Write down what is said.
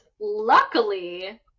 luckily